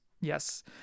Yes